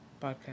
podcast